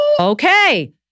okay